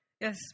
Yes